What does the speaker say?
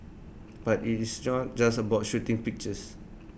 but IT is just just about shooting pictures